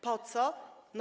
Po co?